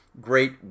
Great